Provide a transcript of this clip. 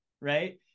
right